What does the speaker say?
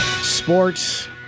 Sports